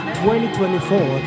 2024